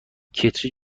کتری